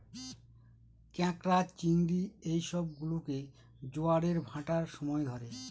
ক্যাঁকড়া, চিংড়ি এই সব গুলোকে জোয়ারের ভাঁটার সময় ধরে